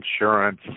insurance